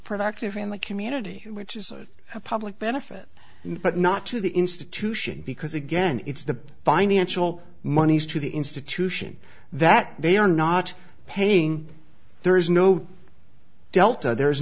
productive in the community which is a public benefit but not to the institution because again it's the financial monies to the institution that they are not paying there is no delta there